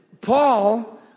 Paul